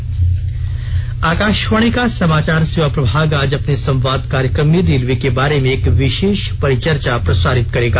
सेवा प्रभाग आकाशवाणी का समाचार सेवा प्रभाग आज अपने संवाद कार्यक्रम में रेलवे के बारे में एक विशेष परिचर्चा प्रसारित करेगा